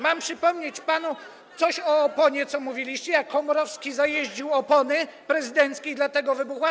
Mam przypomnieć panu coś o oponie, jak mówiliście, że Komorowski zajeździł opony prezydenckie i dlatego ta wybuchła?